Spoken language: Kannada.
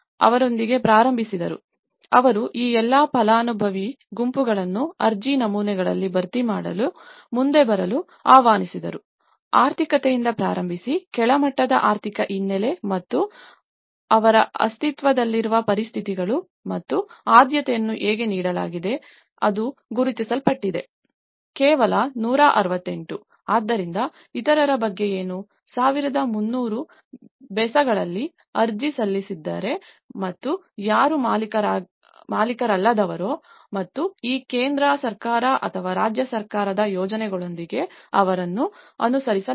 ಅವರೊಂದಿಗೆ ಪ್ರಾರಂಭಿಸಿದರು ಅವರು ಈ ಎಲ್ಲಾ ಫಲಾನುಭವಿ ಗುಂಪುಗಳನ್ನು ಅರ್ಜಿ ನಮೂನೆಗಳನ್ನು ಭರ್ತಿ ಮಾಡಲು ಮುಂದೆ ಬರಲು ಆಹ್ವಾನಿಸಿದರು ಆರ್ಥಿಕತೆಯಿಂದ ಪ್ರಾರಂಭಿಸಿ ಕೆಳಮಟ್ಟದ ಆರ್ಥಿಕ ಹಿನ್ನೆಲೆ ಮತ್ತು ಅವರ ಅಸ್ತಿತ್ವದಲ್ಲಿರುವ ಪರಿಸ್ಥಿತಿಗಳು ಮತ್ತು ಆದ್ಯತೆಯನ್ನು ಹೇಗೆ ನೀಡಲಾಗಿದೆ ಮತ್ತು ಅದು ಗುರುತಿಸಲ್ಪಟ್ಟಿದೆ ಕೇವಲ 168 ಆದ್ದರಿಂದ ಇತರರ ಬಗ್ಗೆ ಏನು 1300 ಬೆಸಗಳಲ್ಲಿ ಅರ್ಜಿ ಸಲ್ಲಿಸಿದ್ದಾರೆ ಮತ್ತು ಯಾರು ಮಾಲೀಕರಲ್ಲದವರೋ ಮತ್ತು ಈ ಕೇಂದ್ರ ಸರ್ಕಾರ ಅಥವಾ ರಾಜ್ಯ ಸರ್ಕಾರದ ಯೋಜನೆಗಳೊಂದಿಗೆ ಇವರನ್ನು ಅನುಸರಿಸಲಾಗಿಲ್ಲ